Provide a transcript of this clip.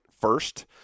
first